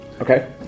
Okay